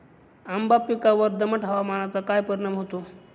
आंबा पिकावर दमट हवामानाचा काय परिणाम होतो?